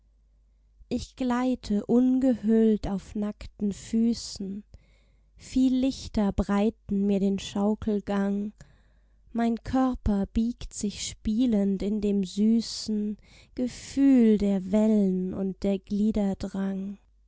ich gleite ungehüllt auf nackten füßen viel lichter breiten mir den schaukelgang mein körper biegt sich spielend in dem süßen gefühl der wellen und der glieder drang